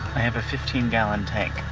i have a fifteen gallon tank.